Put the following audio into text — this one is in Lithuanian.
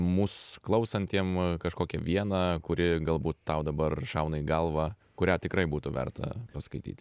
mus klausantiem kažkokią vieną kuri galbūt tau dabar šauna į galvą kurią tikrai būtų verta paskaityt